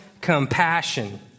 compassion